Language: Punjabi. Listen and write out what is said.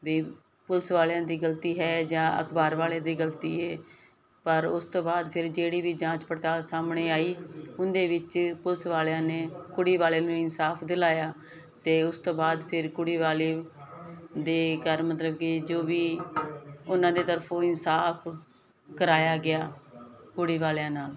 ਵੀ ਪੁਲਿਸ ਵਾਲਿਆਂ ਦੀ ਗਲਤੀ ਹੈ ਜਾਂ ਅਖਬਾਰ ਵਾਲੇ ਦੀ ਗਲਤੀ ਪਰ ਉਸ ਤੋਂ ਬਾਅਦ ਫਿਰ ਜਿਹੜੀ ਵੀ ਜਾਂਚ ਪੜਤਾਲ ਸਾਹਮਣੇ ਆਈ ਉਹਦੇ ਵਿੱਚ ਪੁਲਿਸ ਵਾਲਿਆਂ ਨੇ ਕੁੜੀ ਵਾਲੇ ਨੂੰ ਇਨਸਾਫ ਦਿਲਾਇਆ ਤੇ ਉਸ ਤੋਂ ਬਾਅਦ ਫਿਰ ਕੁੜੀ ਵਾਲੀ ਦੀ ਕਾਰ ਮਤਲਬ ਕਿ ਜੋ ਵੀ ਉਹਨਾਂ ਦੇ ਤਰਫੋਂ ਇਨਸਾਫ ਕਰਾਇਆ ਗਿਆ ਕੁੜੀ ਵਾਲਿਆਂ ਨਾਲ